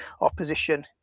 opposition